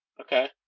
Okay